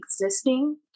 existing